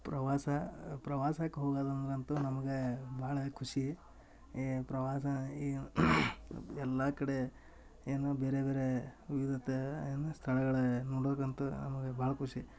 ಪ್ರವಾಸ ಪ್ರವಾಸಕ್ಕೆ ಹೋಗೋದಂದ್ರ ಅಂತು ನಮಗೆ ಭಾಳ ಖುಷಿ ಈ ಪ್ರವಾಸ ಈ ಎಲ್ಲಾ ಕಡೆ ಏನು ಬೇರೆ ಬೇರೆ ವಿಧದ ಏನು ಸ್ಥಳಗಳೆ ನೋಡುಕಂತ ನಮಗೆ ಭಾಳ್ ಖುಷಿ